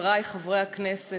חברי חברי הכנסת,